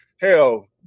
hell